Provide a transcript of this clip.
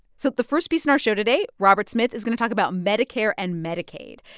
so the first piece in our show today, robert smith is going to talk about medicare and medicaid.